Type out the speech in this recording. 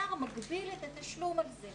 השר מגביל את התשלום על זה.